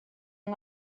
yng